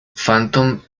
phantom